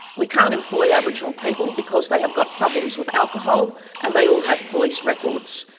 we can't employ aboriginal people because they have got problems with alcohol and they all have police records.